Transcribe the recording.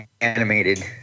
animated